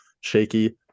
shaky